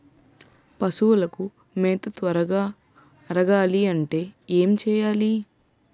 పశువులకు మేత త్వరగా అరగాలి అంటే ఏంటి చేయాలి?